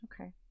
Okay